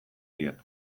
diet